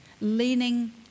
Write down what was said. leaning